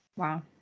Wow